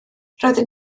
roedden